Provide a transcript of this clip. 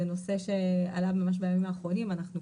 זה נושא שעלה ממש בימים האחרונים ואנחנו,